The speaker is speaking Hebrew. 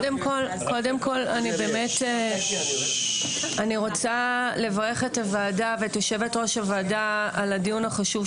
אני רוצה לברך את הוועדה ואת יושבת-ראש הוועדה על הדיון החשוב,